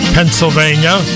Pennsylvania